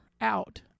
out